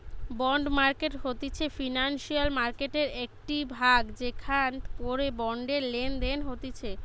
bond market হতিছে financial মার্কেটের একটিই ভাগ যেখান করে বন্ডের লেনদেন হতিছে